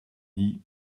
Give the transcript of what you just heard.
dit